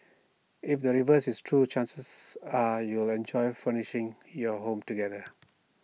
if the reverse is true chances are you'll enjoy furnishing your home together